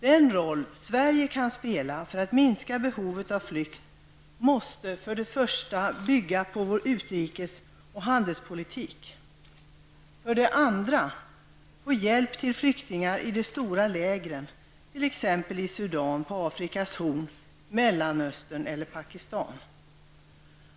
Den roll Sverige kan spela för att minska behovet av flykt måste för det första bygga på vår utrikes och handelspolitik. För det andra måste den bygga på hjälp till flyktingar i de stora lägren t.ex. i Sudan, på Afrikas Horn, i Mellanöstern eller Pakistan.